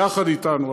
יחד אתנו,